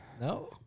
No